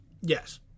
Yes